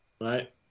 right